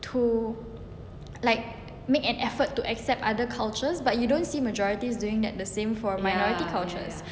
to like make an effort to accept other cultures but you don't see majorities doing that the same for minority cultures